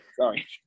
Sorry